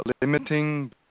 limiting